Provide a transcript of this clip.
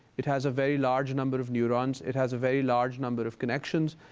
it has a very large number of neurons. it has a very large number of connections.